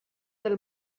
del